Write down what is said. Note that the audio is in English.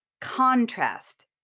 contrast